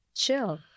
Chill